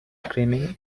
screaming